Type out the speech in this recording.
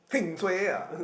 heng suay ah